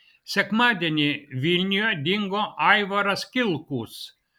sekmadienį vilniuje dingo aivaras kilkus